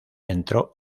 entró